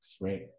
right